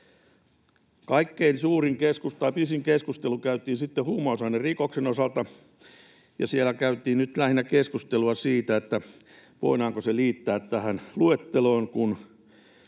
Kaikkein pisin keskustelu käytiin huumausainerikoksen osalta ja siellä käytiin nyt lähinnä keskustelua siitä, voidaanko se liittää tähän luetteloon, kun